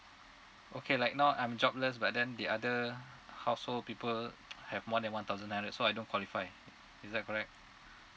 okay like now I'm jobless but then the other household people have more than one thousand nine hundred so I don't qualify is that correct